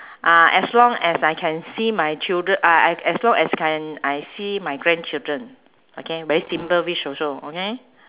uh as long as I can see my children uh I as long as can I see my grandchildren okay very simple wish also okay